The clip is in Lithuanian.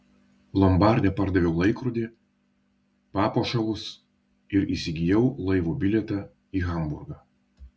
lombarde pardaviau laikrodį papuošalus ir įsigijau laivo bilietą į hamburgą